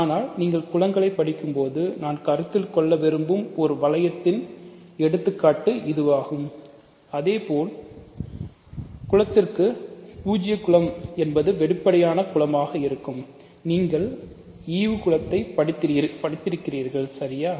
ஆனால் நீங்கள் குலங்களை படிக்கும்போது நாம் கருத்தில் கொள்ள விரும்பும் ஒரு வளையத்தின் ஒரு எடுத்துக்காட்டு இதுவாகும் இதே போல் குலத்திற்கு பூஜ்ஜிய குலம் என்பது வெளிப்படையான குலமாக இருக்கும் நீங்கள் ஈவு குலத்தை படித்திருக்கிறீர்கள் சரியா